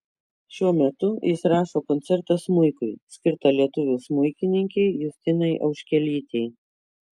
šiuo metu jis rašo koncertą smuikui skirtą lietuvių smuikininkei justinai auškelytei